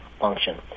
function